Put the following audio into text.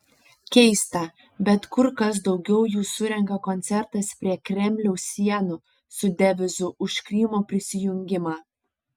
keista bet kur kas daugiau jų surenka koncertas prie kremliaus sienų su devizu už krymo prisijungimą